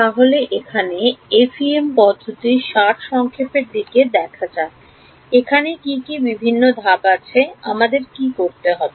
তাহলে এখানে এফএম পদ্ধতির সারসংক্ষেপ এর দিকে দেখা যাক এখানে কি কি বিভিন্ন ধাপ আছে আমাদের কি করতে হবে